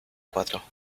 cuatro